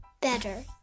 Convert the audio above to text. better